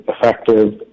effective